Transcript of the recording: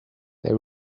they